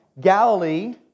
Galilee